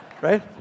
Right